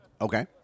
Okay